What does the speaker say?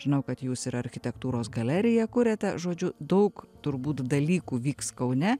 žinau kad jūs ir architektūros galeriją kuriate žodžiu daug turbūt dalykų vyks kaune